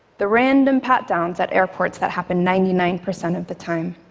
the random pat downs at airports that happen ninety nine percent of the time.